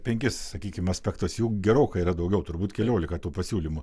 penkis sakykim aspektas jų gerokai yra daugiau turbūt keliolika tų pasiūlymų